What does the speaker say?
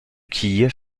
quilles